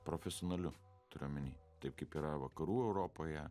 profesionaliu turiu omeny taip kaip yra vakarų europoje